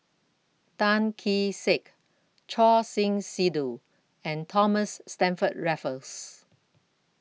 Tan Kee Sek Choor Singh Sidhu and Thomas Stamford Raffles